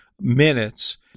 minutes